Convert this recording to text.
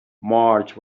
march